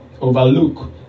overlook